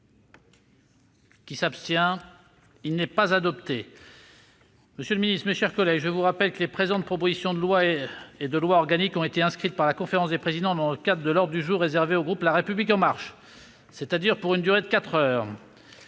voix l'amendement n° 37 rectifié. Monsieur le ministre, mes chers collègues, je vous rappelle que les présentes proposition de loi et proposition de loi organique ont été inscrites par la conférence des présidents dans le cadre de l'ordre du jour réservé au groupe La République En Marche, c'est-à-dire pour une durée de quatre heures.